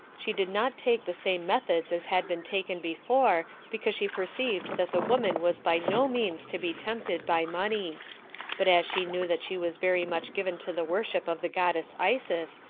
she did not take the same methods as had been taken before, because she perceived that the woman was by no means to be tempted by money but as she knew that she was very much given to the worship of the goddess isis,